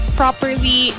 properly